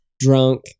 drunk